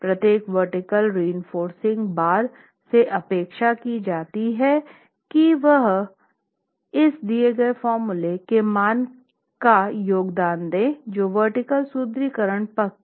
प्रत्येक vertical reinforcing bar से अपेक्षा की जाती है कि वह के मान का योगदान दे जो ऊर्ध्वाधर सुदृढीकरण पट्टी का व्यास है